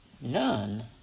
None